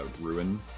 Ruin